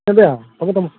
ꯁꯛꯍꯦꯟꯕꯤ ꯊꯝꯃꯣ ꯊꯝꯃꯣ